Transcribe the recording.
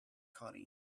coding